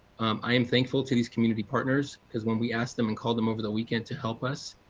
i am thankful to these community partners because when we ask them and call them over the weekend to help us,